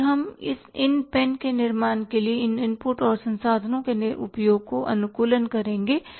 इसलिए हम इन पेन के निर्माण के लिए इन इनपुट और संसाधनों के उपयोग को अनुकूलन करेंगे